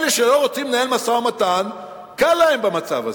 אלה שלא רוצים לנהל משא-ומתן, קל להם במצב הזה.